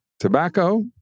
Tobacco